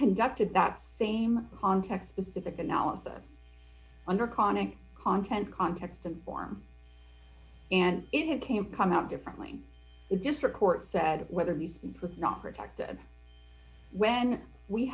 conducted that same context specific analysis under conic content context and form and it can't come out differently it just for court said whether the speech was not protected when we